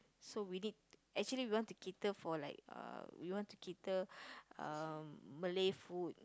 so we need actually we want to gather for like we want to gather Malay food